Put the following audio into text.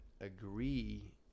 agree